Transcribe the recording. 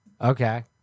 Okay